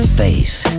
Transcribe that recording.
face